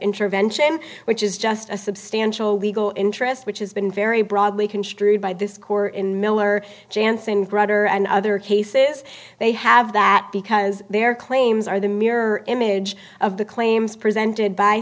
intervention which is just a substantial legal interest which has been very broadly construed by this core in miller janson grutter and other cases they have that because their claims are the mirror image of the claims presented by